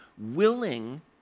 willing